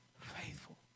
Faithful